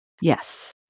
Yes